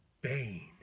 Bane